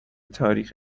تاریخ